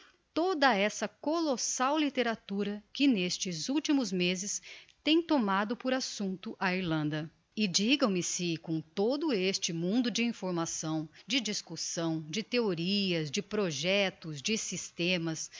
toda essa colossal litteratura que nestes ultimos mezes tem tomado por assumpto a irlanda e digam-me se com todo este mundo de informação de discussão de theorias de projectos de systemas